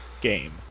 game